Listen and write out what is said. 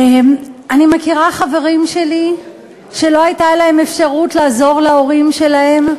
אני מכירה חברים שלי שלא הייתה להם אפשרות לעזור להורים שלהם.